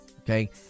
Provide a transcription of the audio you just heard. okay